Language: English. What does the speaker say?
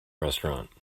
restaurant